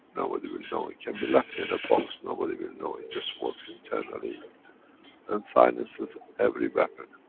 nobody will know. it can be left in the box nobody will know. it just works internally and silences every weapon.